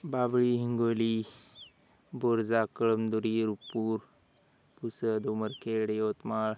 Babli Hingoli Borja Kalamnuri Rupur Pusad Umarkhed Yavatmal